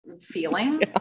feeling